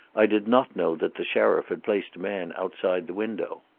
i did not know that the sheriff had placed a man outside the window.